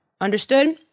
Understood